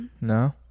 No